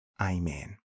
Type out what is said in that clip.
Amen